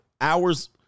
hours